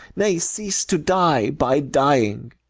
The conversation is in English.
nay, cease to die by dying.